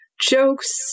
jokes